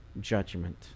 judgment